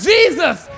Jesus